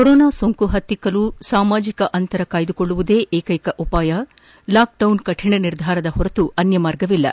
corona ಸೋಂಕು ಹತ್ತಿಕ್ಕಲು ಸಾಮಾಜಿಕ ಅಂತರ ಕಾಯ್ದುಕೊಳ್ಳುವುದೇ ಏಕೈಕ ಉಪಾಯ ಲಾಕ್ಡೌನ್ ಕಠಿಣ ನಿರ್ಧಾರದ ಹೊರತು ಅನ್ನಮಾರ್ಗವಿಲ್ಲ